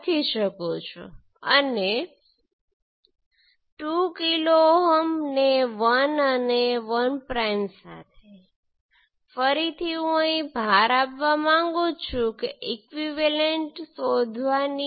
અને આપણે જાણીએ છીએ કે પોર્ટ 1 ઓપન સર્કિટ સાથે V2 બીજું કંઈ નથી પણ Z22 I2 અને V1 બીજું કંઈ નથી Z12 I2